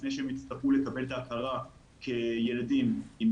לפני שהם יצטרכו לקבל את ההכרה כילדים עם